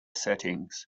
settings